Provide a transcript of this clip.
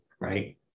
right